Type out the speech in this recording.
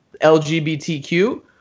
LGBTQ